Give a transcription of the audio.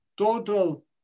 total